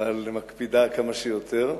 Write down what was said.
והיא מקפידה כמה שיותר.